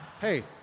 Hey